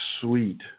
sweet